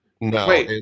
no